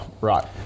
Right